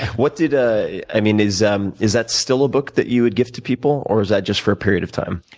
what did i mean, is um is that still a book that you would gift to people or was that just for a period of time?